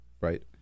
right